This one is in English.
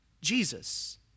Jesus